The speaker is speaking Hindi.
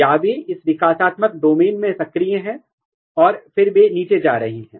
या वे इस विकासात्मक डोमेन में सक्रिय हैं और फिर वे नीचे जा रहे हैं